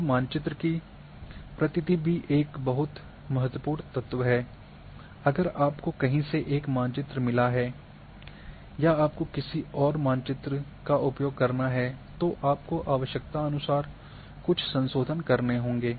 अब मानचित्र की प्रतीति भी एक महत्वपूर्ण तत्व है अगर आपको कहीं से एक मानचित्र मिला है या आपको किसी और का मानचित्र उपयोग करना है तो आपको आवश्यकता अनुसार कुछ संशोधन करने होंगे